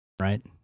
Right